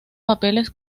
papeles